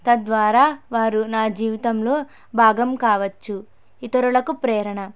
తద్వార వారు నా జీవితంలో భాగం కావచ్చు ఇతరులకు ప్రేరణ